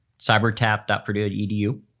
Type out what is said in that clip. cybertap.purdue.edu